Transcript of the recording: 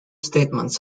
statements